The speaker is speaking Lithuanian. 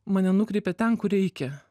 mane nukreipia ten kur reikia